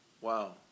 Wow